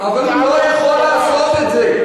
אבל הוא לא יכול לעשות את זה.